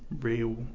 real